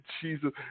Jesus